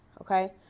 okay